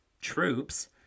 troops